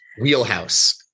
Wheelhouse